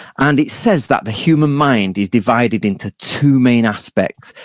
and it says that the human mind is divided into two main aspects.